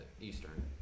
Eastern